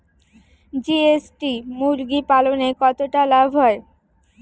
GST মুরগি পালনে কতটা লাভ হয়?